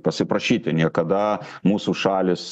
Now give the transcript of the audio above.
pasiprašyti niekada mūsų šalys